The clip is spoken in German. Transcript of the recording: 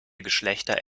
geschlechter